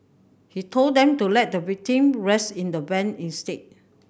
he told them to let the victim rest in the van instead